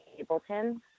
Ableton